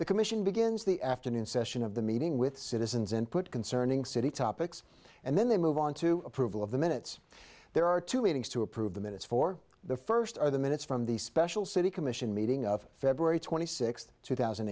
the commission begins the afternoon session of the meeting with citizens input concerning city topics and then they move on to approval of the minutes there are two meetings to approve the minutes for the first or the minutes from the special city commission meeting of february twenty sixth two thousand